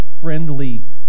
friendly